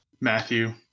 Matthew